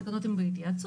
התקנות הן בהתייעצות,